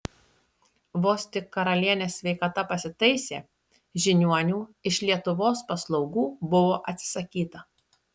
vos tik karalienės sveikata pasitaisė žiniuonių iš lietuvos paslaugų buvo atsisakyta